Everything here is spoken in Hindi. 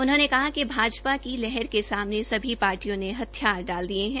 उन्होंने कहा की भाजपा की लहर के सामने सभी पार्टियों ने हथियार डाल दिए है